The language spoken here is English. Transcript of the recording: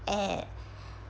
eh